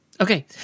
Okay